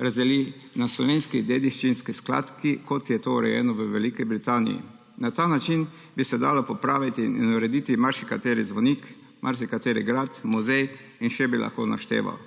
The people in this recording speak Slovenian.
razdeli na slovenski dediščinski sklad, kot je to urjeno v Veliki Britaniji. Na ta način bi se dalo popraviti in urediti marsikateri zvonik, marsikateri grad, muzej in še bi lahko našteval.